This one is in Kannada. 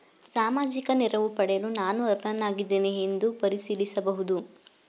ಸಾಮಾಜಿಕ ನೆರವು ಪಡೆಯಲು ನಾನು ಅರ್ಹನಾಗಿದ್ದೇನೆಯೇ ಎಂದು ಹೇಗೆ ಪರಿಶೀಲಿಸಬಹುದು?